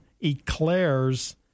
eclairs